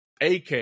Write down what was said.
AK